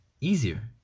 easier